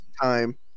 time